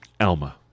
Alma